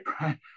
right